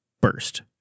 burst